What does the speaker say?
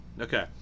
Okay